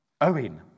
Owen